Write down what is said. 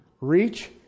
reach